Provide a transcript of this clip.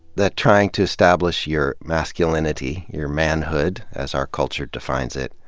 that trying to establish your masculinity, your manhood, as our culture defines it,